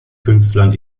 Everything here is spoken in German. künstlern